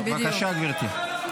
בבקשה, גברתי.